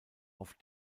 auf